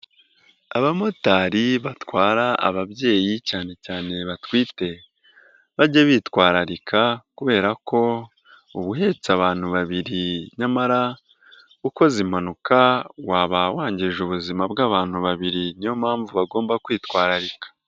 Abamotari batwara ababyeyi cyane cyane batwite, bajye bitwararika kubera ko ubuhetse abantu babiri nyamara ukoza impanuka waba wangije ubuzima bw'abantu babiri. Niyo mpamvu bagomba kwitwararika.